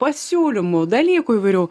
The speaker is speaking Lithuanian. pasiūlymų dalykų įvairių